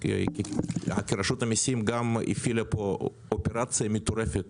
כי רשות המיסים הפעילה פה אופרציה מטורפת